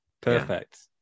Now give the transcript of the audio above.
perfect